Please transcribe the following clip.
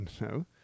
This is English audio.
no